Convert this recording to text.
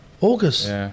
August